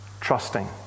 Trusting